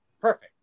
perfect